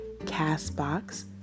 Castbox